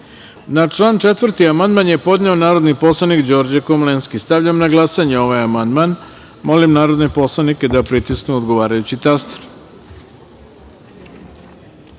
član 37. amandman je podneo narodni poslanik Đorđe Komlenski. Stavljam na glasanje ovaj amandman. Molim narodne poslanike da pritisnu odgovarajući